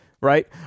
right